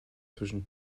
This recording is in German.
zwischen